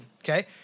okay